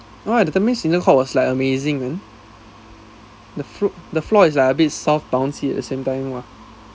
oh ya the Tampines inter court was like amazing man the floor the floor is like a bit soft bouncy at the same time !wah!